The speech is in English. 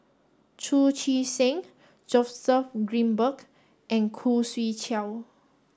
Chu Chee Seng Joseph Grimberg and Khoo Swee Chiow